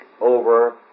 over